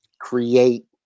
create